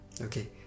okay